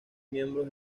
miembros